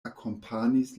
akompanis